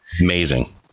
Amazing